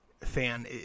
fan